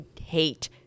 hate